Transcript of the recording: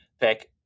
pick